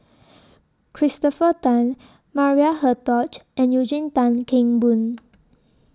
Christopher Tan Maria Hertogh and Eugene Tan Kheng Boon